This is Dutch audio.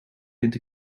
vind